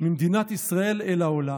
ממדינת ישראל אל העולם.